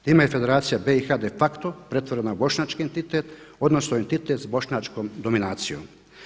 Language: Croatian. Time je Federacija BiH de facto pretvorena u bošnjački entitet, odnosno entitet s bošnjačkom dominacijom.